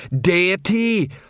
deity